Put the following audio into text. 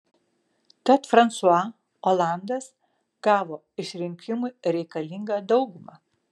tad fransua olandas gavo išrinkimui reikalingą daugumą